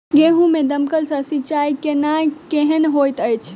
गेंहूँ मे दमकल सँ सिंचाई केनाइ केहन होइत अछि?